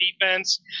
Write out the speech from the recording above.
defense